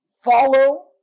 follow